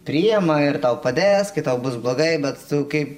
priima ir tau padės kai tau bus blogai bet tu kaip